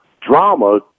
drama